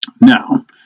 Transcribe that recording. Now